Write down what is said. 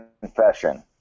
confession